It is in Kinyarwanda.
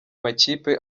makipe